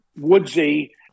woodsy